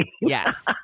Yes